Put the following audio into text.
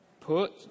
Put